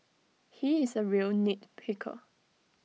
he is A real nit picker